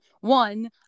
one